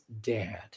dad